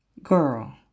Girl